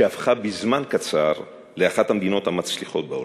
שהפכה בזמן קצר לאחת המדינות המצליחות בעולם.